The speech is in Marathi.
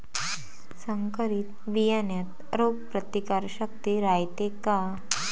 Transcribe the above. संकरित बियान्यात रोग प्रतिकारशक्ती रायते का?